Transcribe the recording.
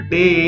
Day